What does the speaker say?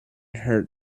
hurt